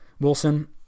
Wilson